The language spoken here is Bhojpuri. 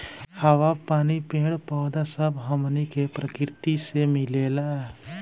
हवा, पानी, पेड़ पौधा सब हमनी के प्रकृति से मिलेला